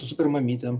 su super mamytėm